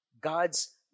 God's